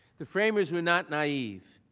the framers were not naive,